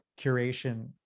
curation